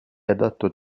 adatto